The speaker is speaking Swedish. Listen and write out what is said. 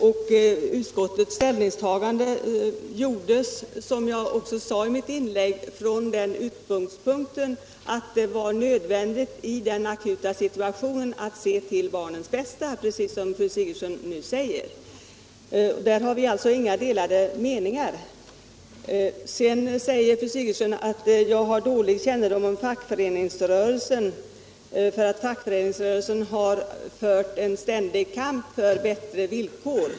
Och som jag sade i mitt förra inlägg gjorde utskottet sitt ställningstagande från den utgångspunkten att det i den akuta situationen var nödvändigt att se till barnens bästa — precis som fru Sigurdsen själv sade. Där har vi alltså inga delade meningar. Sedan sade fru Sigurdsen att jag hade dålig kännedom om fackföreningsrörelsen. Den har fört en ständig kamp för bättre villkor.